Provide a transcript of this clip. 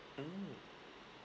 mm